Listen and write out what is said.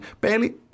barely